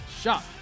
shot